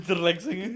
relaxing